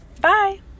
Bye